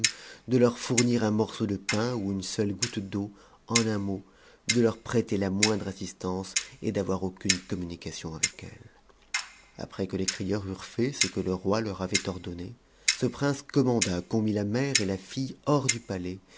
de leur fournir un morceau de pain ou une seule goutte d'eau en un mot de leur prêter la moindre assistance et d'avoir aucune communication avec elles après que les crieurs eurent fait ce que le roi leur avait ordonné ce prince commanda qu'on mit la mère et la fille hors du palais